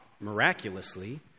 miraculously